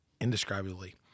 indescribably